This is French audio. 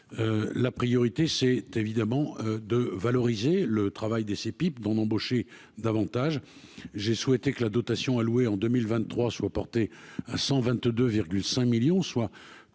La priorité, c'est évidemment de valoriser le travail des ces pipes d'en embaucher davantage, j'ai souhaité que la dotation allouée en 2023 soit porté à 122,5 millions, soit